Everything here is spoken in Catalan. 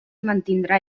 mantindrà